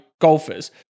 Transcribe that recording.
golfers